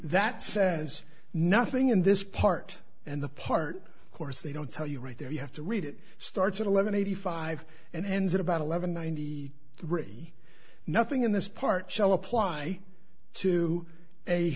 that says nothing in this part and the part of course they don't tell you right there you have to read it starts at eleven eighty five and ends at about eleven ninety three nothing in this part shall apply to a